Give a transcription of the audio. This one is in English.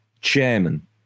chairman